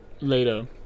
later